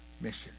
mission